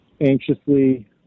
anxiously